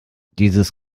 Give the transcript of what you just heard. dieses